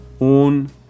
un